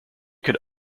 could